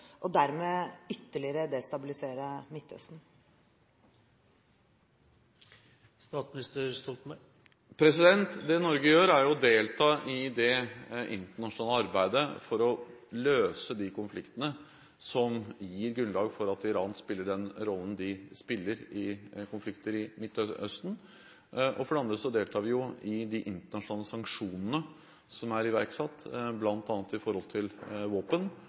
og dermed ytterligere destabilisere Midtøsten? Det Norge gjør er for det første å delta i det internasjonale arbeidet for å løse de konfliktene som gir grunnlag for at Iran spiller den rollen de spiller i konflikter i Midtøsten. For det andre deltar vi i de internasjonale sanksjonene som er iverksatt – bl.a. når det gjelder våpen